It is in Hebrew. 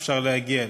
אפשר להגיע אליו.